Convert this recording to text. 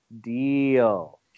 deal